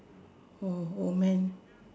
oh old man